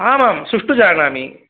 आम् आम् सुष्टुः जानामि